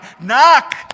knock